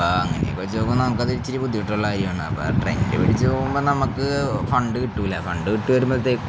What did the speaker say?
അപ്പ അങ്ങനൊക്കെ നക്ക്പ നുക്കക്ക്തിരി ബുദ്ധിമുട്ടുള്ള ആയാണ് അപ്പ ട്രെയിൻ്റെ പിടിച്ച്ോകുമ്പോ നമുക്ക് ഫണ്ട് കിട്ടൂല ഫണ്ട് കിട്ട വരുമ്പോത്തേക്ക്